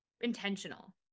intentional